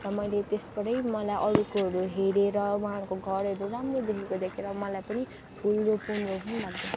र मैले त्यसबाटै मलाई अरूकोहरू हेरेर उहाँको घरहरू राम्रो देखेको देखेर मलाई पनि फुल रोपौँ रोपौँ लाग्यो